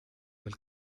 del